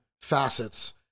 facets